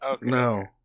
No